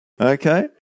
Okay